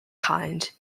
kind